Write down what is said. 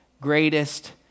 greatest